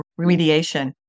remediation